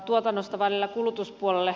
tuotannosta välillä kulutuspuolelle